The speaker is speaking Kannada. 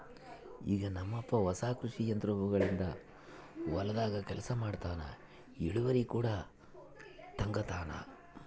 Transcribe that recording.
ಈಗ ನಮ್ಮಪ್ಪ ಹೊಸ ಕೃಷಿ ಯಂತ್ರೋಗಳಿಂದ ಹೊಲದಾಗ ಕೆಲಸ ಮಾಡ್ತನಾ, ಇಳಿವರಿ ಕೂಡ ತಂಗತಾನ